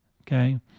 Okay